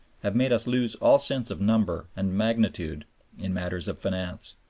have made us lose all sense of number and magnitude in matters of finance.